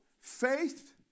Faith